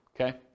Okay